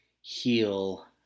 heal